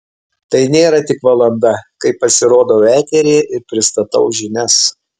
tai nėra tik valanda kai pasirodau eteryje ir pristatau žinias